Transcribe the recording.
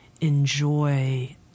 enjoy